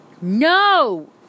No